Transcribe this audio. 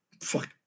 Fuck